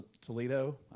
Toledo